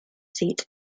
seat